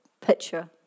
picture